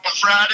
Friday